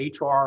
HR